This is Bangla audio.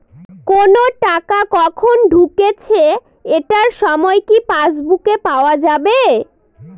কোনো টাকা কখন ঢুকেছে এটার সময় কি পাসবুকে পাওয়া যাবে?